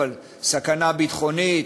"סכנה ביטחונית",